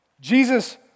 Jesus